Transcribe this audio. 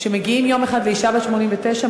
מגיעים יום אחד לאישה בת 89,